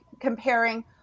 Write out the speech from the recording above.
comparing